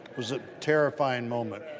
was a terrifying moment.